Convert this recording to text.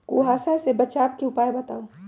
कुहासा से बचाव के उपाय बताऊ?